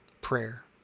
prayer